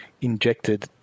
injected